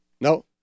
No